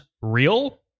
real